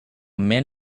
man